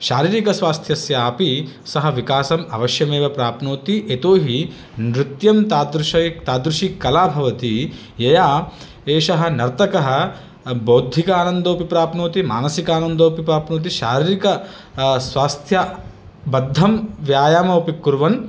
शारीरिकस्वास्थ्यस्यापि सः विकासम् अवश्यमेव प्राप्नोति यतोहि नृत्यं तादृशे तादृशी कला भवति यया एषः नर्तकः बौद्धिक आनन्दोपि मानसिक आनन्दोपि प्राप्नोति शारीरिक स्वास्थ्यबद्धं व्यायामपि कुर्वन्